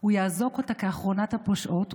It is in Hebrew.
הוא יאזוק אותה כאחרונת הפושעות,